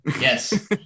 Yes